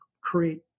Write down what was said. create